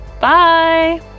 Bye